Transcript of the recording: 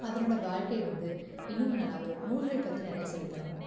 அதனோடய வாழ்க்கை வந்து இன்னும் நல்லா வரும் நூல்கள் பற்றி நிறையா சொல்லித்தரணும்